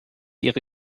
ihre